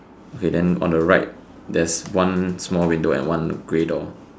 okay then on the right there's one small window and one grey door